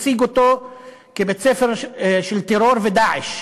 הציג אותו כבית-ספר של טרור ו"דאעש".